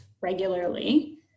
regularly